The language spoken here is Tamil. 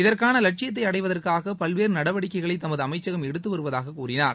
இதற்கான வட்சியத்தை அடைவதற்காக பல்வேறு நடவடிக்கைகளை தமது அமைச்சகம் எடுத்து வருவதாக கூறினார்